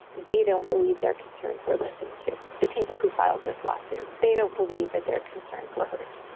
they don't believe their concerns were listened to. the people who filed this lawsuit. they don't believe that their concerns were heard